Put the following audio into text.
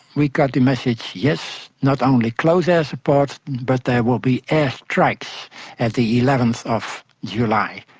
we got the message yes, not only close air support but there will be air strikes at the eleventh of july.